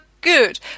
good